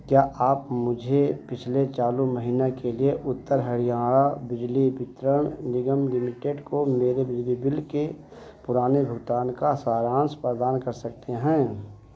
क्या आप मुझे पिछले चालू महीना के लिए उत्तर हरियाणा बिजली वितरण निगम लिमिटेड को मेरे बिजली बिल के पुराने भुगतान का सारांश प्रदान कर सकते हैं